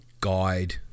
guide